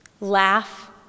laugh